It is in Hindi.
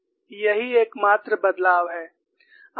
यही एकमात्र बदलाव है